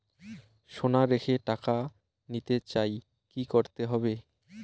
সোনা রেখে টাকা নিতে চাই কি করতে হবে?